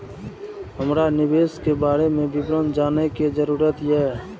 हमरा निवेश के बारे में विवरण जानय के जरुरत ये?